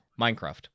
Minecraft